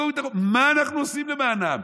מה אנחנו עושים למענם?